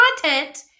content